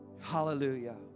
Hallelujah